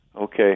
Okay